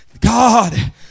God